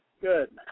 good